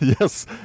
Yes